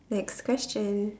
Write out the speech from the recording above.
next question